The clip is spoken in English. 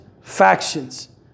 factions